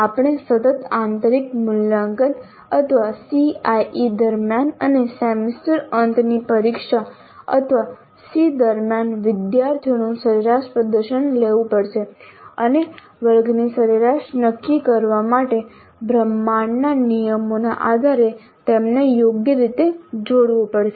આપણે સતત આંતરિક મૂલ્યાંકન અથવા CIE દરમિયાન અને સેમેસ્ટર અંતની પરીક્ષા અથવા SEE દરમિયાન વિદ્યાર્થીઓનું સરેરાશ પ્રદર્શન લેવું પડશે અને વર્ગની સરેરાશ નક્કી કરવા માટે બ્રહ્માંડના નિયમોના આધારે તેમને યોગ્ય રીતે જોડવું પડશે